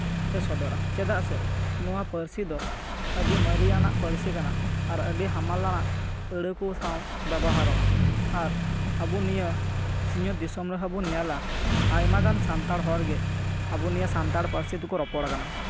ᱪᱮᱫᱟᱜ ᱥᱮ ᱱᱚᱶᱟ ᱯᱟᱹᱨᱥᱤ ᱫᱚ ᱟᱹᱰᱤ ᱢᱟᱨᱮᱭᱟᱱᱟᱜ ᱯᱟᱹᱨᱥᱤ ᱠᱟᱱᱟ ᱟᱨ ᱟᱹᱰᱤ ᱦᱟᱢᱟᱞᱟᱜ ᱟᱹᱲᱟᱹ ᱠᱚ ᱥᱟᱶ ᱵᱮᱵᱚᱦᱟᱨᱚᱜᱼᱟ ᱟᱨ ᱟᱵᱚ ᱱᱤᱭᱟᱹ ᱥᱤᱧ ᱚᱛ ᱫᱤᱥᱚᱢ ᱨᱮᱦᱚᱸ ᱵᱚᱱ ᱧᱮᱞᱟ ᱟᱭᱢᱟ ᱜᱟᱱ ᱥᱟᱱᱛᱟᱲ ᱦᱚᱲ ᱜᱮ ᱟᱵᱚ ᱱᱤᱭᱟᱹ ᱥᱟᱱᱛᱟᱲ ᱯᱟᱹᱨᱥᱤ ᱛᱮᱠᱚ ᱨᱚᱯᱚᱲ ᱠᱟᱱᱟ